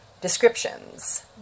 descriptions